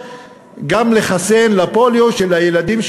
גם לחסן נגד הפוליו את הילדים,